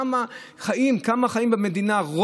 רבים במדינה,